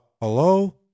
hello